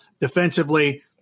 defensively